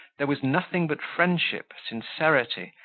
there was nothing but friendship, sincerity,